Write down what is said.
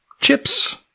Chips